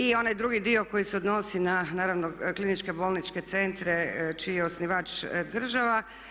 I onaj drugi dio koji se odnosi na naravno kliničke bolničke centre čiji je osnivač država.